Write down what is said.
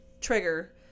trigger